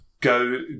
go